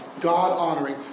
God-honoring